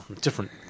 different